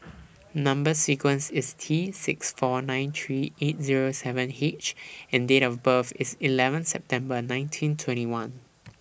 Number sequence IS T six four nine three eight Zero seven H and Date of birth IS eleven September nineteen twenty one